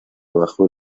bajo